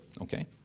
Okay